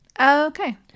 okay